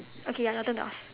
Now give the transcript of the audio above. okay ya your turn to ask